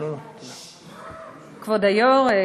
כבוד היושב-ראש,